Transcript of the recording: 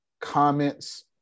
comments